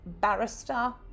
barrister